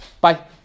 Bye